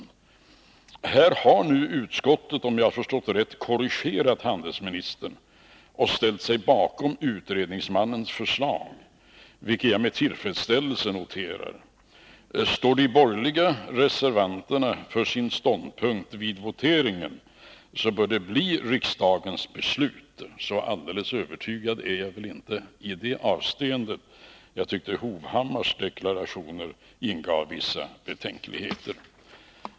På den här punkten har utskottet — om jag har förstått det rätt — korrigerat handelsministern och ställt sig bakom utredningsmannens förslag, vilket jag noterar med tillfredsställelse. Står de borgerliga reservanterna för sin ståndpunkt vid voteringen, bör det bli riksdagens beslut. Så alldeles övertygad är jag väl inte i det avseendet. Jag tycker nämligen att Erik Hovhammars deklarationer ingav vissa betänkligheter.